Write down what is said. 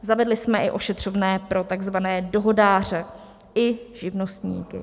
Zavedli jsme i ošetřovné pro takzvané dohodáře i živnostníky.